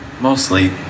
mostly